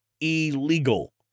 illegal